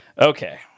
Okay